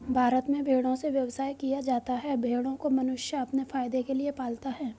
भारत में भेड़ों से व्यवसाय किया जाता है भेड़ों को मनुष्य अपने फायदे के लिए पालता है